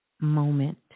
moment